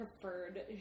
preferred